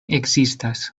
ekzistas